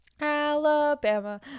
Alabama